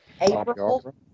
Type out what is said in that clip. April